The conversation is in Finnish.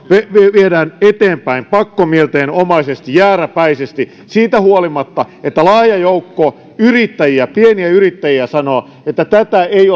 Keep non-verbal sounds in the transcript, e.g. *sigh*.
viedään eteenpäin pakkomielteenomaisesti jääräpäisesti siitä huolimatta että laaja joukko yrittäjiä pieniä yrittäjiä sanoo että tätä ei *unintelligible*